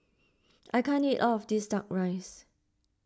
I can't eat all of this Duck Rice